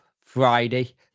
Friday